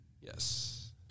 Yes